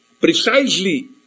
precisely